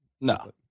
No